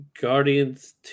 Guardians